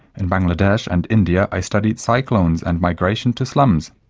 in bangladesh and india i studied cyclones and migration to slums.